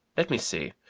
let me see